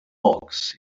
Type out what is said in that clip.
hawks